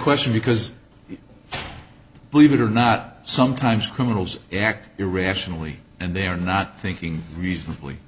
question because believe it or not sometimes criminals act irrationally and they are not thinking reasonably